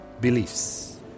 beliefs